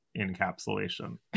encapsulation